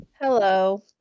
Hello